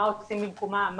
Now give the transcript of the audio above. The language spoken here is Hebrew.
מה עושים במקומם,